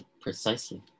precisely